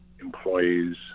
employees